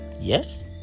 Yes